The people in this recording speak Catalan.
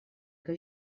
que